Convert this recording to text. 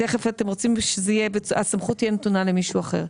אתם רוצים שהסמכות תהיה נתונה למישהו אחר.